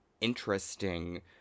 interesting